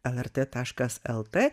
lrt taškas lt